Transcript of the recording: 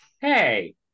Hey